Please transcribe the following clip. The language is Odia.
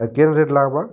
ଆର୍ କେନ୍ ରେଟ୍ ଲାଗ୍ବା